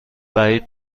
بعید